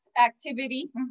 activity